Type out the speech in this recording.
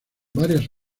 varias